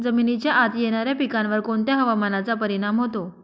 जमिनीच्या आत येणाऱ्या पिकांवर कोणत्या हवामानाचा परिणाम होतो?